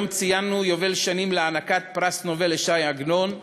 היום ציינו יובל להענקת פרס נובל לש"י עגנון.